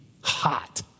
Hot